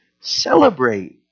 celebrate